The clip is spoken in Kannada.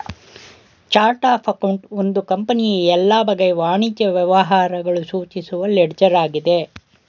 ಚರ್ಟ್ ಅಫ್ ಅಕೌಂಟ್ ಒಂದು ಕಂಪನಿಯ ಎಲ್ಲ ಬಗೆಯ ವಾಣಿಜ್ಯ ವ್ಯವಹಾರಗಳು ಸೂಚಿಸುವ ಲೆಡ್ಜರ್ ಆಗಿದೆ